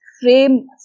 frame